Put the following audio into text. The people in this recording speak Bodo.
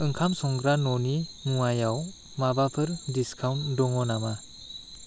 ओंखाम संग्रा न'नि मुवायाव माबाफोर डिसकाउन्ट दङ नामा